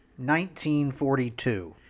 1942